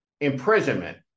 imprisonment